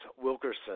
Wilkerson